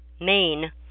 Maine